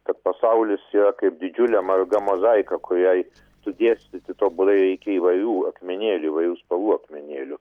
kad pasaulis yra kaip didžiulė marga mozaika kuriai sudėstyti tobulai reikia įvairių akmenėlių įvairių spalvų akmenėlių